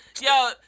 Yo